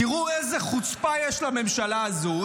תראו איזה חוצפה יש לממשלה הזאת,